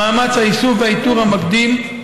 מאמץ האיסוף והאיתור המקדים,